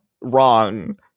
wrong